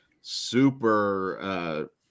Super